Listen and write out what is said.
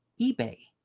eBay